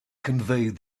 conveyed